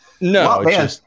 No